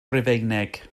rufeinig